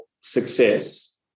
success